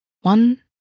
One